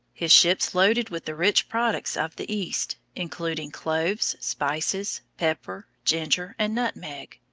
his ships loaded with the rich products of the east, including cloves, spices, pepper, ginger, and nutmeg.